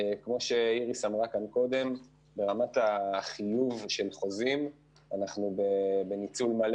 כמו שאיריס אמרה כאן קודם ברמת החיוב של חוזים אנחנו בניצול מלא.